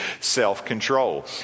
self-control